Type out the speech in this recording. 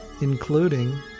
including